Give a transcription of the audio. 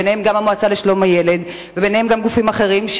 וביניהם גם המועצה לשלום הילד וגופים אחרים,